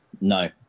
No